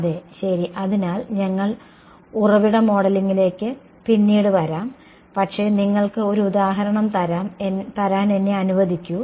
അതെ ശരി അതിനാൽ ഞങ്ങൾ ഉറവിട മോഡലിംഗിലേക്ക് പിന്നീട് വരാം പക്ഷേ നിങ്ങൾക്ക് ഒരു ഉദാഹരണം താരം എന്നെ അനുവദിക്കു